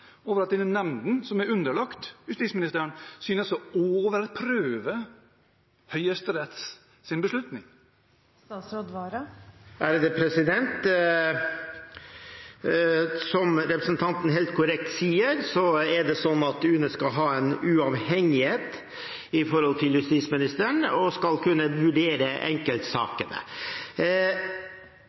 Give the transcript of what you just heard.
over at denne nemnden, som er underlagt justisministeren, synes å overprøve Høyesteretts beslutning? Som representanten helt korrekt sier, skal UNE ha en uavhengighet overfor justisministeren og skal kunne vurdere enkeltsaker. Det tror jeg for så vidt i seg selv kan være en riktig ordning, og